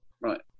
right